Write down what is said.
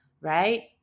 right